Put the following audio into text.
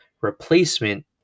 replacement